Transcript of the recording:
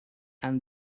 and